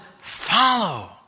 follow